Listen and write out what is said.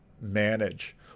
manage